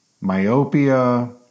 myopia